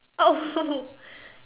oh